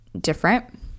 different